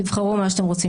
תבחרו מה שאתם רוצים.